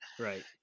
Right